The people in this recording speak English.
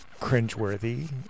cringeworthy